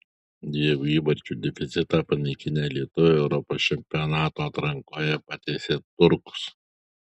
dviejų įvarčių deficitą panaikinę lietuviai europos čempionato atrankoje patiesė turkus